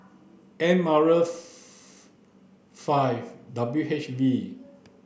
M R five W H V